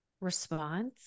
response